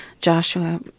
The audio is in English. Joshua